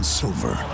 silver